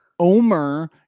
omer